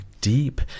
deep